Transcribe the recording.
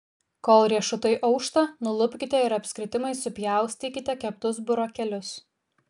kol riešutai aušta nulupkite ir apskritimais supjaustykite keptus burokėlius